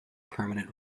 permanent